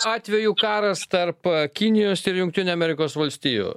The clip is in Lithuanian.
atveju karas tarp kinijos ir jungtinių amerikos valstijų